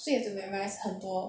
so you have to memorise 很多